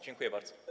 Dziękuję bardzo.